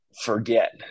forget